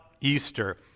Easter